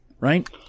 right